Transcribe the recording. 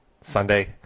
Sunday